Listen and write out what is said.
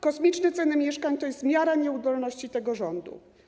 Kosmiczne ceny mieszkań to jest miara nieudolności tego rządu.